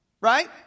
right